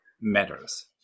matters